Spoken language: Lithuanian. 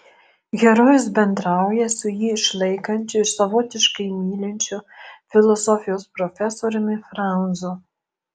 herojus bendrauja su jį išlaikančiu ir savotiškai mylinčiu filosofijos profesoriumi franzu